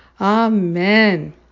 Amen